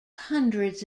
hundreds